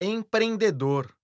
Empreendedor